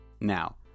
Now